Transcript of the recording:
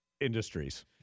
industries